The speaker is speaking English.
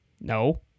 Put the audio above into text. No